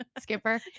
Skipper